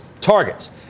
Targets